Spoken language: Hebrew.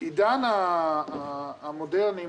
העידן המודרני,